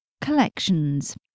Collections